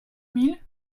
mille